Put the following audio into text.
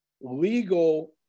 legal